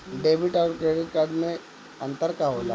Debit और credit card मे अंतर का होला?